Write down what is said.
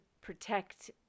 protect